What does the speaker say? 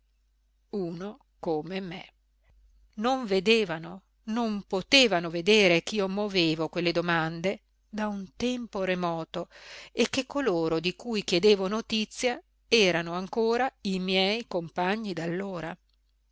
uno come me non vedevano non potevano vedere ch'io movevo quelle domande da un tempo remoto e che coloro di cui chiedevo notizia erano ancora i miei compagni d'allora